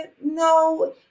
No